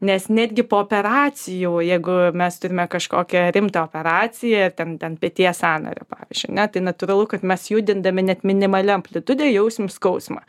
nes netgi po operacijų o jeigu mes turime kažkokią rimtą operaciją ir ten ten peties sąnario pavyzdžiui ne tai natūralu kad mes judindami net minimalia amplitude jausim skausmą